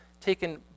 taken